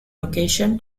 location